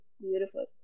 Beautiful